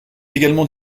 également